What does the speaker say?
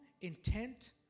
intent